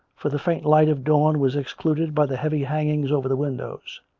for the faint light of dawn was excluded by the heavy hangings over the windows